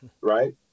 right